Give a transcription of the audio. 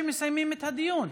שמסיימים את הדיון.